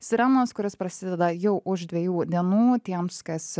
sirenos kuris prasideda jau už dviejų dienų tiems kas